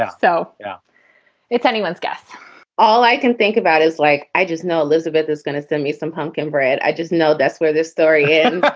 yeah so yeah it's anyone's guess all i can think about is like i just know elizabeth is going to send me some pumpkin bread. i just know that's where this story yeah and but